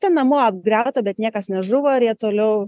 ten namų apgriauta bet niekas nežuvo ir jie toliau